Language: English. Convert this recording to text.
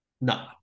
No